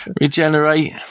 Regenerate